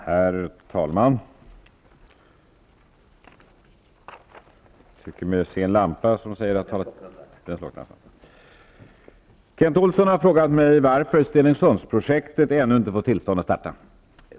Herr talman! Kent Olsson har frågat mig varför Stenungsundsprojektet ännu inte fått tillstånd att starta.